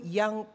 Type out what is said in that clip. young